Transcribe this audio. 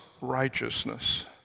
righteousness